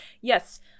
Yes